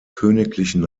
königlichen